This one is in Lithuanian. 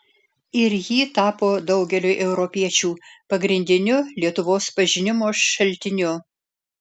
ir ji tapo daugeliui europiečių pagrindiniu lietuvos pažinimo šaltiniu